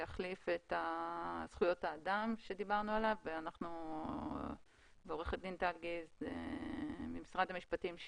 שיחליף את זכויות האדם עליו דיברנו ועורכת הדין טל גז ממשרד המשפטים,